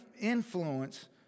influence